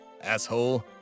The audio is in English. Asshole